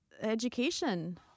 education